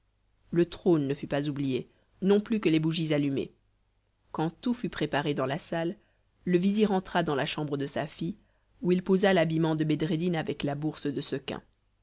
ne fut pas oublié non plus que les bougies allumées quand tout fut préparé dans la salle le vizir entra dans la chambre de sa fille où il posa l'habillement de bedreddin avec la bourse de sequins